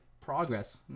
progress